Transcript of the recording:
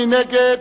מי נגד?